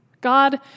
God